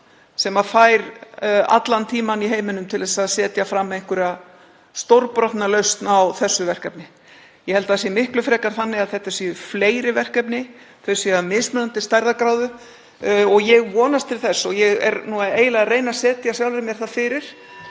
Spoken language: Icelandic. sem fær allan tímann í heiminum til að setja fram stórbrotna lausn á þessu verkefni. Ég held að það sé miklu frekar þannig að þetta séu fleiri verkefni, þau séu af mismunandi stærðargráðu og ég vonast til þess, og ég er eiginlega að reyna að setja sjálfri mér það fyrir,